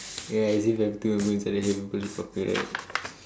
ya as if everything will go inside your head when people talk to you